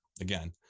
again